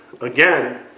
again